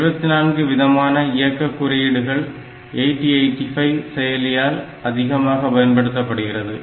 ஆக 74 விதமான இயக்க குறியீடுகள் 8085 செயலியால் அதிகமாக பயன்படுத்தப்படுகிறது